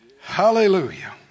Hallelujah